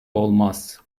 olmaz